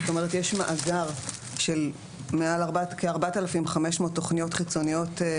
זאת אומרת יש מאגר של כ-4,500 תוכניות חיצוניות,